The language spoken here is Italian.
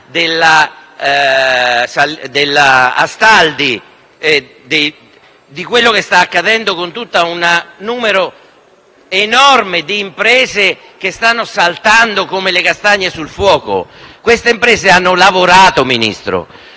della Astaldi e quanto sta accadendo con un numero enorme di imprese che stanno saltando come le castagne sul fuoco. Quelle imprese hanno lavorato, signor